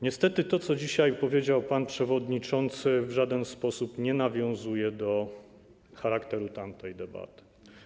Niestety to, co dzisiaj powiedział pan przewodniczący, w żaden sposób nie nawiązuje do charakteru tamtej debaty.